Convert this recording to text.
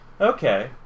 Okay